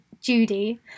Judy